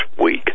week